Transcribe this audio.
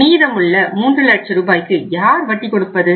மீதமுள்ள 3 லட்ச ரூபாய்க்கு யார் வட்டி கொடுப்பது